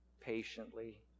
patiently